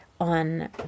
on